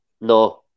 no